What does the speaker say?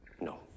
no